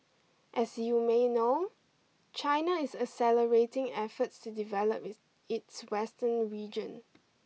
as you may know China is accelerating efforts to develop its western region